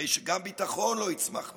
הרי גם ביטחון לא יצמח ממנו.